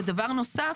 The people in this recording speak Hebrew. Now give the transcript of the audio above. דבר נוסף,